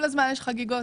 לא כל הזמן יש חגיגות.